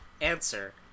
Answer